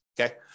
Okay